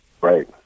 Right